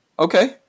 Okay